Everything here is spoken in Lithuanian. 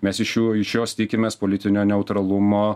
mes iš jų iš jos tikimės politinio neutralumo